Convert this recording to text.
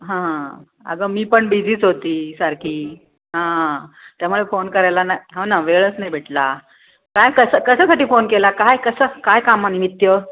हां अगं मी पण बिझीच होती सारखी हां त्यामुळे फोन करायला ना ह ना वेळच नाही भेटला काय कसं कशासाठी फोन केला काय कसं काय कामानिमित्त